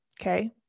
Okay